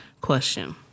question